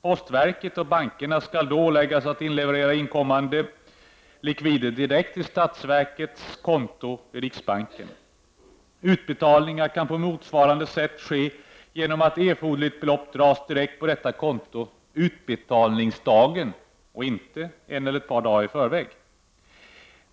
Postverket och bankerna skall då åläggas att inleverera inkommande likvider direkt till statsverkets konto i riksbanken. Utbetalningar kan på motsvarande sätt ske genom att erforderligt belopp dras direkt på detta konto på utbetalningsdagen och inte en eller ett par dagar i förväg.